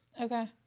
Okay